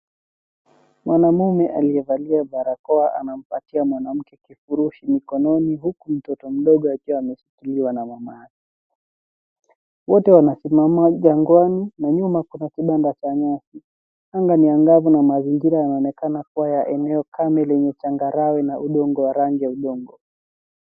Mwanaume aliyevalia barakoa anampatia mwanamke kifurushi mikononi huku mtoto mdogo akiwa ameshikiliwa na mamake. Wote wanasimama jangwani na nyuma kuna kibanda cha nyasi. Anga ni angavu na mazingira yanaonekana kuwa ya eneo kame lenye changarawe na udongo wa rangi ya udongo.